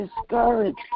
discouraged